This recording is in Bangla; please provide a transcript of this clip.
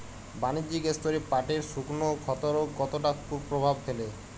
বাণিজ্যিক স্তরে পাটের শুকনো ক্ষতরোগ কতটা কুপ্রভাব ফেলে?